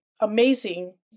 amazing